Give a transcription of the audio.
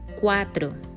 Cuatro